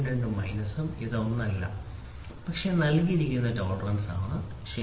02 ഉം ഇത് ഒന്നുമല്ല പക്ഷേ നൽകിയിരിക്കുന്ന ടോളറൻസ് ശരി